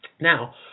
Now